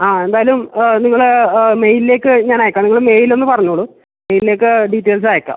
ആ എന്തായാലും നിങ്ങളെ മെയിലിലേക്ക് ഞാൻ അയക്കാം നിങ്ങൾ മെയിൽ ഒന്ന് പറഞ്ഞോളൂ മെയിലിലേക്ക് ഡീറ്റെയിൽസ് അയക്കാം